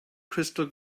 crystal